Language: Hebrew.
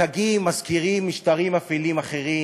התגים מזכירים משטרים אפלים אחרים,